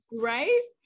Right